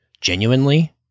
genuinely